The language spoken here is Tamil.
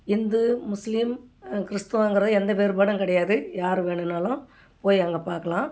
இந்து முஸ்லீம் கிறிஸ்துவங்கிற எந்த வேறுபாடும் கிடையாது யார் வேணுன்னாலும் போய் அங்கே பார்க்கலாம்